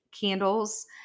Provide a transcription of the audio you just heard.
candles